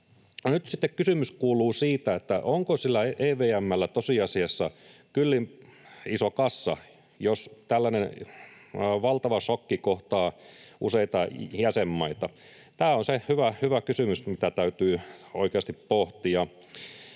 nyt sitten kysymys kuuluu, onko EVM:llä tosiasiassa kyllin iso kassa, jos tällainen valtava šokki kohtaa useita jäsenmaita. Tämä on se hyvä kysymys, mitä täytyy oikeasti pohtia.